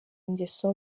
ngeso